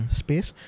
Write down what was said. space